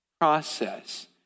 process